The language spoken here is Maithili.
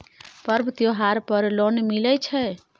पर्व त्योहार पर लोन मिले छै?